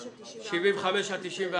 8 נמנעים,